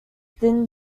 within